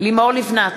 לימור לבנת,